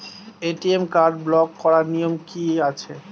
ATM card block করার নিয়ম কি আছে?